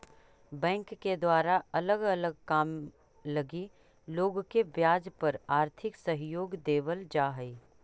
bank के द्वारा अलग अलग काम लगी लोग के ब्याज पर आर्थिक सहयोग देवल जा हई